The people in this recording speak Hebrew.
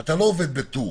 אתה לא עובד בטור.